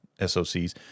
socs